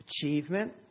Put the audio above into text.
achievement